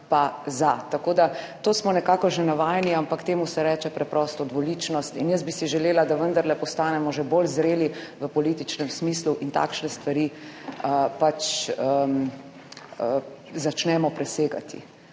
pa za. Tako da to smo nekako že navajeni. Ampak temu se reče preprosto dvoličnost. In jaz bi si želela, da vendarle postanemo že bolj zreli v političnem smislu in takšne stvari pač začnemo presegati,